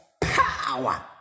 power